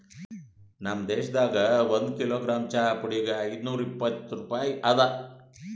ನಮ್ ದೇಶದಾಗ್ ಒಂದು ಕಿಲೋಗ್ರಾಮ್ ಚಹಾ ಪುಡಿಗ್ ಐದು ನೂರಾ ಇಪ್ಪತ್ತು ರೂಪಾಯಿ ಅದಾ